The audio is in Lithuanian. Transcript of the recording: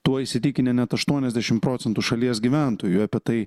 tuo įsitikinę net aštuoniasdešim procentų šalies gyventojų apie tai